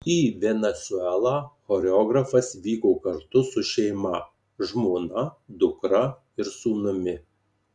į venesuelą choreografas vyko kartu su šeima žmona dukra ir sūnumi